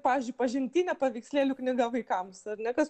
pavyzdžiui pažintinė paveikslėlių knyga vaikams ar ne kas